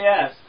Yes